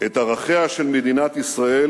את ערכיה של מדינת ישראל